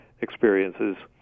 experiences